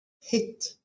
hit